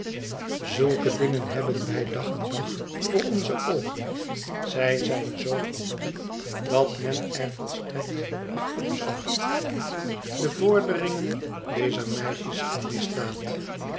zulke dingen hebben wlj dag aan dag voor onze oogen zij zijn zoogewoon dat men er volstrekt geen acht op slaat de vorderingen dezer meisjes in